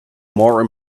more